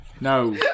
No